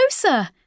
closer